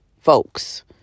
folks